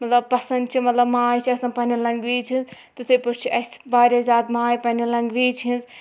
مطلب پَسنٛد چھِ مطلب ماے چھِ آسان پَنٕنۍ لنٛگویج ہٕنٛز تِتھَے پٲٹھۍ چھِ اَسہِ واریاہ زیادٕ ماے پنٛنہِ لنٛگویج ہِنٛز